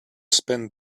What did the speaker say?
spend